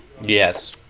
yes